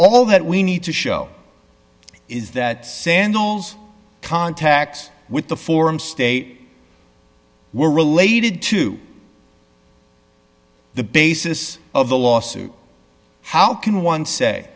all that we need to show is that sandals contacts with the form state were related to the basis of the lawsuit how can one s